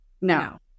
no